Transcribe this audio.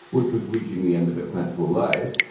which was reaching the end of its natural life.